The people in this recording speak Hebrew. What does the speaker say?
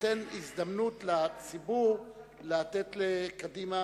נותן הזדמנות לציבור לתת לקדימה